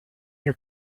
your